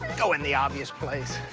go in the obvious place.